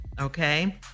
Okay